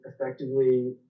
effectively